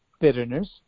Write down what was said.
bitterness